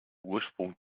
ursprung